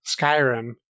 Skyrim